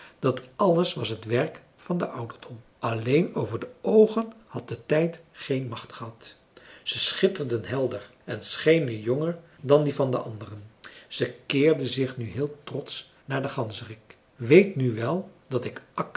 dat alles was het werk van den ouderdom alleen over de oogen had de tijd geen macht gehad zij schitterden helderder en schenen jonger dan die van de anderen ze keerde zich nu heel trotsch naar den ganzerik weet nu wel dat ik